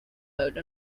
mode